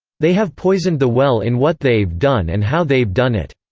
they have poisoned the well in what they've done and how they've done it.